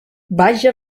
vaja